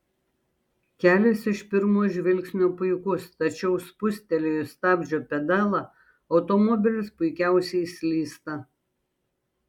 kelias iš pirmo žvilgsnio puikus tačiau spustelėjus stabdžio pedalą automobilis puikiausiai slysta